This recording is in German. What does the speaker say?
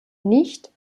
nicht